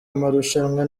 amarushanwa